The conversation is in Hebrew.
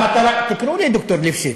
המטרה תקראו לד"ר ליפשיץ.